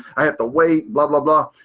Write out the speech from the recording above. i have to wait blah blah blah.